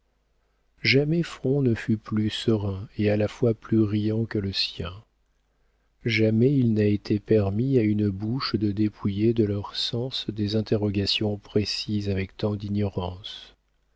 jamais front ne fut plus serein et à la fois plus riant que le sien jamais il n'a été permis à une bouche de dépouiller de leur sens des interrogations précises avec tant d'ignorance